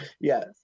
Yes